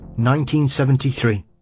1973